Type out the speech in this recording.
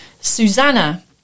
Susanna